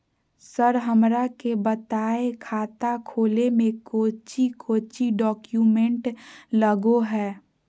Sir हमरा के बताएं खाता खोले में कोच्चि कोच्चि डॉक्यूमेंट लगो है?